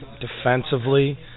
defensively